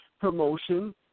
promotion